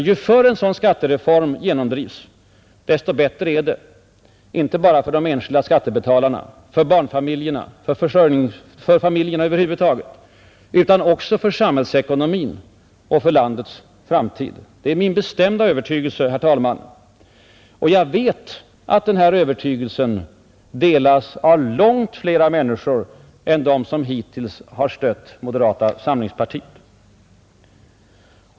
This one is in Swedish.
Ju förr en sådan skattereform genomdrivs desto bättre är det, inte bara för de enskilda skattebetalarna — för barnfamiljerna, för familjerna över huvud taget — utan också för samhällsekonomin och för landets framtid. Det är min bestämda övertygelse, herr talman, och jag vet att den övertygelsen delas av långt fler människor än de som hittills har stött moderata samlingspartiet.